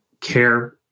care